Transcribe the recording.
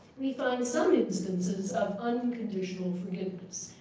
we find some instances of unconditional forgiveness,